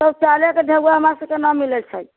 सब साले के ढौआ हमरासबके न मिलै छै